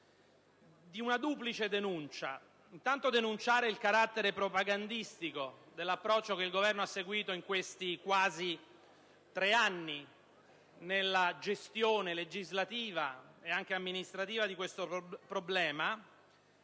di duplice denuncia. Intanto, segnalare il carattere propagandistico dell'approccio che il Governo ha seguito in questi quasi tre anni nella gestione legislativa e anche amministrativa di questo problema.